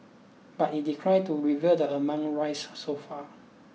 but it declined to reveal the amount raised so far